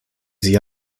sie